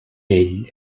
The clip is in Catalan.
vell